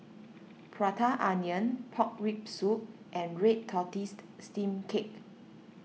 Prata Onion Pork Rib Soup and Red Tortoise Steamed Cake